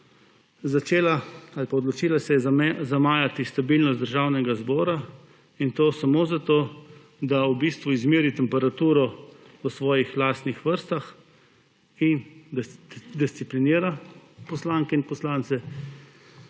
nasprotno. Odločila se je zamajati stabilnost Državnega zbora, in to samo zato, da v bistvu izmeri temperaturo v svojih lastnih vrstah in disciplinira poslanke in poslance